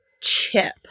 Chip